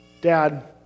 Dad